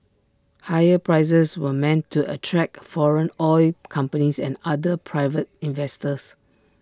higher prices were meant to attract foreign oil companies and other private investors